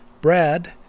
Brad